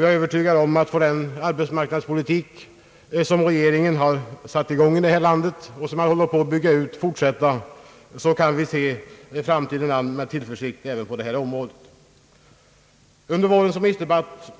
Jag är övertygad om att ifall den arbetsmarknadspolitik, som regeringen har påbörjat och håller på att bygga ut i detta land, får fortsätta, så kan vi med tillförsikt se framtiden an även på detta område. Under vårens remissdebatt